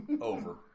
Over